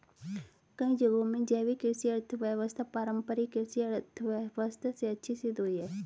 कई जगहों में जैविक कृषि अर्थव्यवस्था पारम्परिक कृषि अर्थव्यवस्था से अच्छी सिद्ध हुई है